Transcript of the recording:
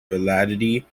validity